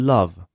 Love